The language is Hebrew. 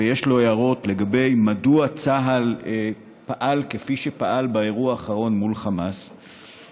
ויש לו הערות לגבי מדוע צה"ל פעל כפי שפעל באירוע האחרון מול החמאס,